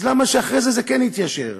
למה שאחרי זה זה כן יתיישר?